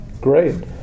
Great